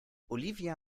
olivia